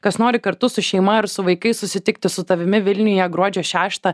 kas nori kartu su šeima ar su vaikais susitikti su tavimi vilniuje gruodžio šeštą